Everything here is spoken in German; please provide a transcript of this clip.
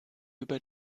über